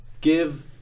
give